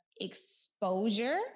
exposure